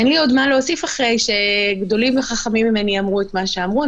אין לי עוד מה להוסיף אחרי שגדולים וחכמים ממני אמרו את מה שאמרו.